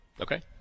Okay